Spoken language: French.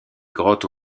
grottes